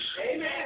Amen